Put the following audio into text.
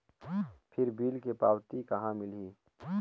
फिर बिल के पावती कहा मिलही?